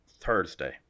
Thursday